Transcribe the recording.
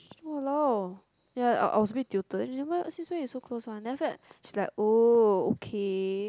!walao! ya I I was a bit tilted why since when you so close one then after that she was like oh okay